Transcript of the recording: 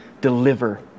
deliver